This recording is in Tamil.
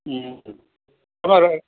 ம் ம் கிலோ